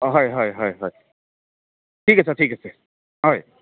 অ হয় হয় হয় হয় ঠিক আছে ঠিক আছে হয়